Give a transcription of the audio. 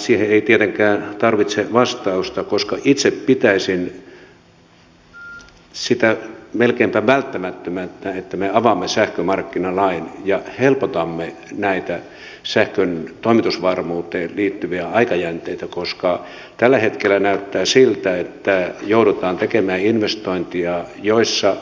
siihen ei tietenkään tarvita vastausta itse pitäisin sitä melkeinpä välttämättömänä että me avaamme sähkömarkkinalain ja helpotamme näitä sähkön toimitusvarmuuteen liittyviä aikajänteitä koska tällä hetkellä näyttää siltä että joudutaan tekemään investointeja joissa